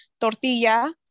tortilla